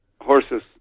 horses